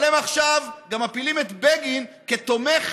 אבל הם עכשיו גם מפילים את בגין כתומך